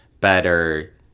better